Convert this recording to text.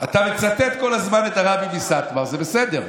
אתה מצטט כל הזמן את הרבי מסאטמר, זה בסדר.